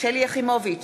שלי יחימוביץ,